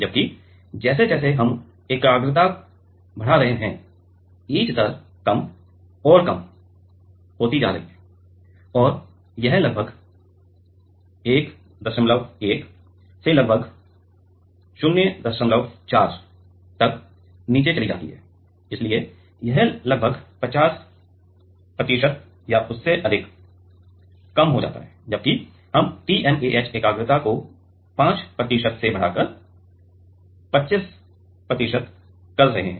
जबकि जैसे जैसे हम एकाग्रता बढ़ा रहे हैं ईच दर कम और कम होती जा रही है और यह लगभग 11 से लगभग 04 तक नीचे चली जाती है इसलिए यह लगभग 50 प्रतिशत या उससे अधिक कम हो जाता है जबकि हम TMAH एकाग्रता को 5 प्रतिशत से बढ़ाकर 25 प्रतिशत कर रहे हैं